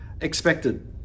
expected